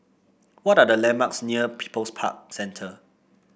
what are the landmarks near People's Park Centre